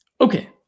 Okay